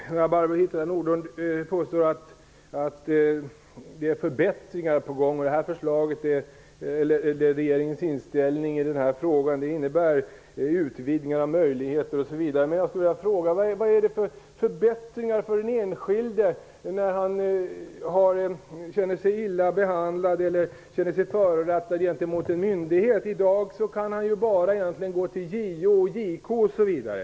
Fru talman! Barbro Hietala Nordlund påstår att det är förbättringar på gång och att regeringens inställning i denna fråga innebär en utvidgning av vissa möjligheter, osv. Men jag skulle vilja fråga vilka förbättringar det innebär för den enskilde när han eller hon känner sig illa behandlad eller förorättad av en myndighet. I dag kan han eller hon egentligen bara gå till JO och JK osv.